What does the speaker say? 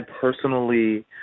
personally